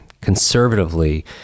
conservatively